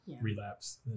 relapse